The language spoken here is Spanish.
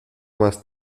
más